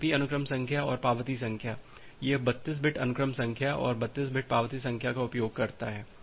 TCP अनुक्रम संख्या और पावती संख्या यह 32 बिट अनुक्रम संख्या और 32 बिट पावती संख्या का उपयोग करता है